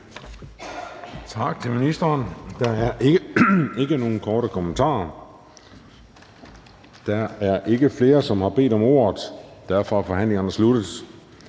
Tak til ministeren. Der er ikke nogen korte bemærkninger. Der er ikke flere, som har bedt om ordet, og derfor er forhandlingen sluttet.